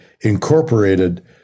incorporated